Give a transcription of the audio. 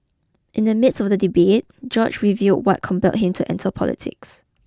in the midst of the debate George reveal what compell him to enter politics